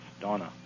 Donna